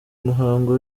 muhango